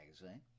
magazine